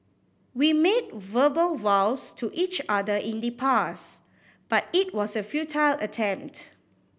we made verbal vows to each other in the past but it was a futile attempt